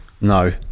no